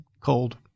cold